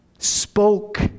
spoke